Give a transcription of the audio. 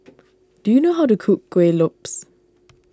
do you know how to cook Kueh Lopes